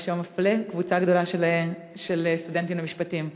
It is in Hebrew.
מה שמפלה קבוצה גדולה של סטודנטים למשפטים.